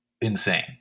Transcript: insane